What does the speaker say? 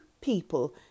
people